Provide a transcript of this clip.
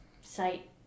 site